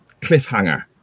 cliffhanger